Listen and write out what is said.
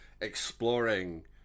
exploring